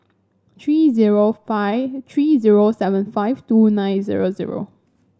three zero five three zero seven five two nine zero zero